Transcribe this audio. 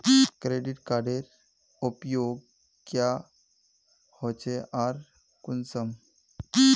Credit कार्डेर उपयोग क्याँ होचे आर कुंसम?